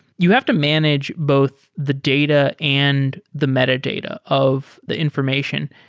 you have to manage both the data and the metadata of the information.